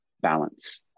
balance